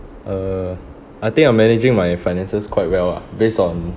uh I think I'm managing my finances quite well ah based on